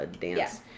dance